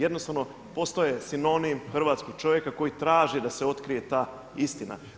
Jednostavno postao je sinonim hrvatskog čovjeka koji traži da se otkrije ta istina.